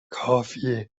کافیه